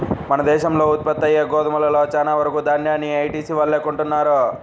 మన దేశంలో ఉత్పత్తయ్యే గోధుమలో చాలా వరకు దాన్యాన్ని ఐటీసీ వాళ్ళే కొంటన్నారు